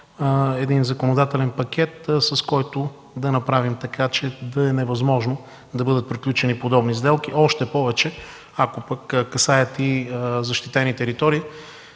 законодателен пакет, с който да стане така, че да е невъзможно да бъдат приключени подобни сделки, още повече ако касаят защитени територии.